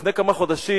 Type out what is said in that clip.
לפני כמה חודשים